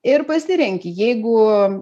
ir pasirenki jeigu